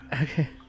Okay